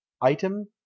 item